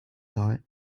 thought